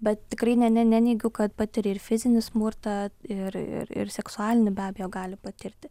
bet tikrai ne ne neneigiu kad patiria ir fizinį smurtą ir ir ir seksualinį be abejo gali patirti